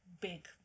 big